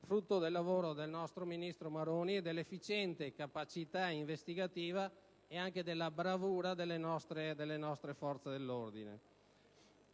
frutto del lavoro svolto dal ministro Maroni, dell'efficiente capacità investigativa ed anche della bravura delle nostre forze dell'ordine.